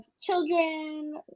children